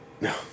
No